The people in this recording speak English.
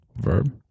Verb